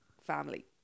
family